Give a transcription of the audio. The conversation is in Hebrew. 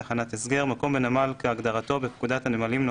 "תחנת הסגר" מקום בנמל כהגדרתו בפקודת הנמלים ,